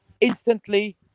instantly